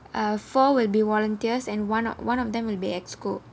uh four will be volunteers and one ah one of them will be executive committee